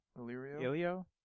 Illyrio